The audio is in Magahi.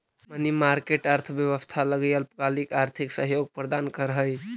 मनी मार्केट अर्थव्यवस्था लगी अल्पकालिक आर्थिक सहयोग प्रदान करऽ हइ